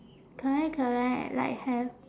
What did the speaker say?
correct correct like have